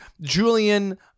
Julian